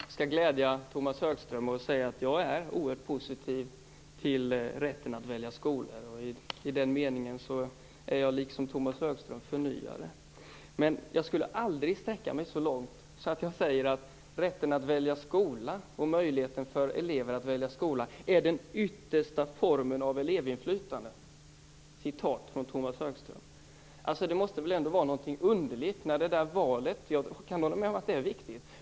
Herr talman! Jag skall glädja Tomas Högström med att säga att jag är oerhört positiv till rätten att välja skola. I den meningen är jag, liksom Tomas Högström, en förnyare. Men jag skulle aldrig sträcka mig så långt att jag säger att rätten och möjligheten för elever att välja skola är den yttersta formen av elevinflytande. Det är ett citat från Tomas Högström Det måste vara något underligt med det där valet. Jag kan hålla med om att det är viktigt.